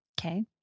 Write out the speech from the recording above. Okay